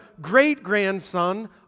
great-grandson